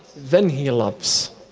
then he loves.